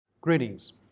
Greetings